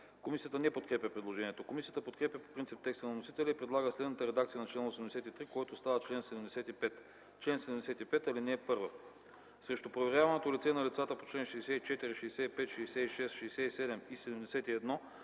Комисията не подкрепя предложението. Комисията подкрепя по принцип текста на вносителя и предлага следната редакция на чл. 83, който става чл. 75: „Чл. 75.(1) Срещу проверяваното лице и лицата по чл. 64, 65, 66, 67 и 71